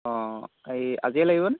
অঁ এই আজিয়ে লাগিবনে